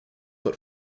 but